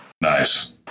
Nice